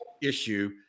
issue